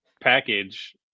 package